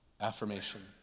affirmation